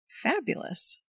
Fabulous